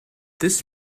this